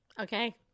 Okay